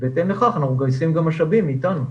ובהתאם לכך אנחנו מגייסים גם משאבים מאיתנו.